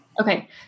Okay